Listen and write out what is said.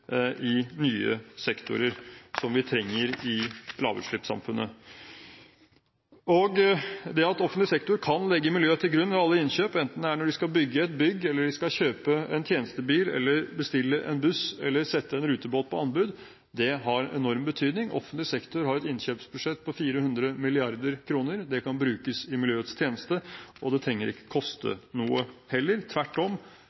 i nye sektorer som vi trenger i lavutslippssamfunnet. Det at offentlig sektor kan legge miljøet til grunn ved alle innkjøp enten det er når de skal bygge et bygg eller de skal kjøpe en tjenestebil eller bestille en buss eller sette en rutebåt på anbud, har enorm betydning. Offentlig sektor har et innkjøpsbudsjett på 400 mrd. kr. Det kan brukes i miljøets tjeneste, og det trenger ikke koste noe heller, tvert om.